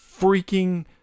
freaking